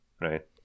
right